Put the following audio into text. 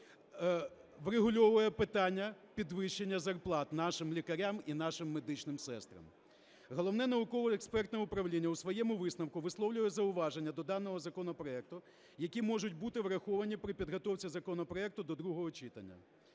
врегульовує питання підвищення зарплат нашим лікарям і нашим медичним сестрам. Головне науково-експертне управління у своєму висновку висловлює зауваження до даного законопроекту, які можуть бути враховані при підготовці законопроекту до другого читання.